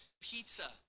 pizza